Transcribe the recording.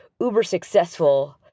uber-successful